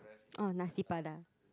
or Nasi-Padang